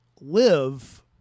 live